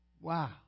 Wow